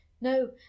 no